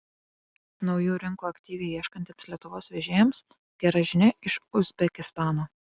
naujų rinkų aktyviai ieškantiems lietuvos vežėjams gera žinia iš uzbekistano